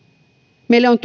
meille on